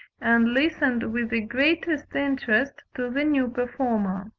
and listened with the greatest interest to the new performer.